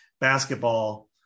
Basketball